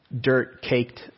dirt-caked